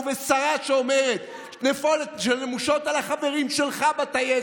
ושרה שאומרת "נפולת של נמושות" על החברים שלך בטייסת.